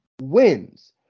wins